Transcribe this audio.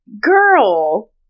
Girl